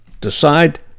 Decide